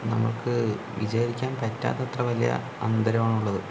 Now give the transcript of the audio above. നമുക്ക് വിചാരിക്കാൻ പറ്റാത്തത്ര വലിയ അന്തരം ആണുള്ളത്